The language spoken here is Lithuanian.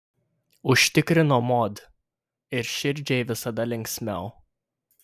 užtikrino mod ir širdžiai visada linksmiau